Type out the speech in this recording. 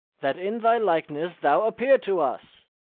that in thy likeness thou appear to us!